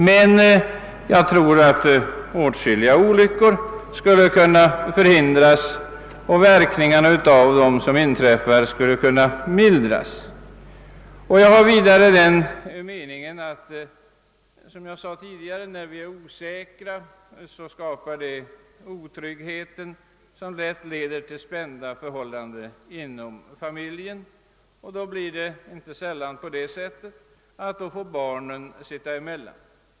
Men jag tror att åtskilliga olyckor skulle kunna förhindras och att verkningarna av dem som inträffar skulle kunna mildras. Som jag tidigare sade har jag också den uppfattningen, att osäkerhet skapar en otrygghet som lätt leder till spända förhållanden inom familjen, och då får inte sällan barnen sitta emellan.